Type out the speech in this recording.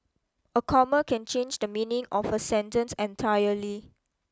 a comma can change the meaning of a sentence entirely